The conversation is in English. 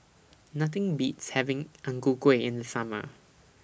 Nothing Beats having Ang Ku Kueh in The Summer